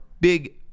big